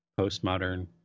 postmodern—